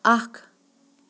اَکھ